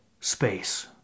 space